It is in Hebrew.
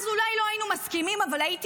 אז אולי לא היינו מסכימים, אבל הייתי